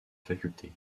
faculté